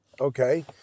Okay